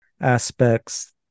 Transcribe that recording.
aspects